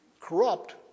corrupt